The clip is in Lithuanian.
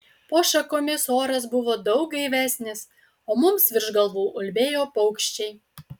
po šakomis oras buvo daug gaivesnis o mums virš galvų ulbėjo paukščiai